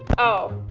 oh,